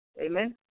Amen